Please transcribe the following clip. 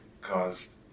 caused